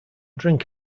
drink